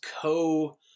co